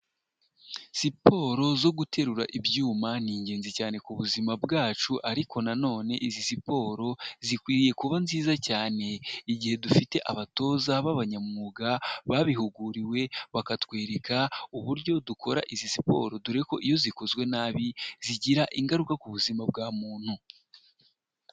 Siporo zo guterura ibyuma ni ingenzi cyane ku ubuzima bwacu, ariko nanone izi siporo zikwiye kuba nziza cyane igihe dufite abatoza b'abanyamwuga babihuguriwe, bakatwereka uburyo dukora izi siporo dore ko iyo zikozwe nabi zigira ingaruka ku buzima bwa muntu.